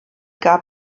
gab